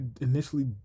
initially